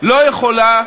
לא יכולה